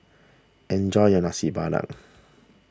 enjoy your Nasi Padang